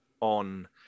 on